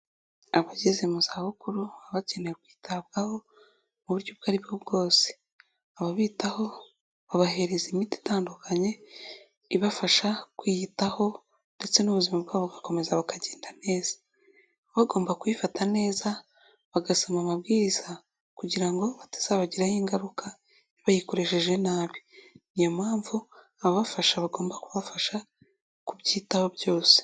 Abageze mu zabukuru baba bakeneye kwitabwaho mu buryo ubwo ari bwo bwose. Ababitaho babahereza imiti itandukanye, ibafasha kwiyitaho, ndetse n'ubuzima bwabo bugakomeza bukagenda neza. Bagomba kuyifata neza, bagasoma amabwiriza, kugira ngo bitazabagiraho ingaruka, bayikoresheje nabi. Ni yo mpamvu ababafasha, bagomba kubafasha kubyitaho byose.